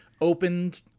opened